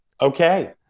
okay